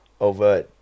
over